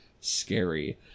Scary